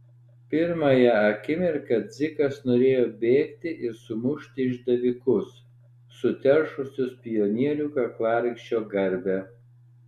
pirmąją akimirką dzikas norėjo bėgti ir sumušti išdavikus suteršusius pionierių kaklaraiščio garbę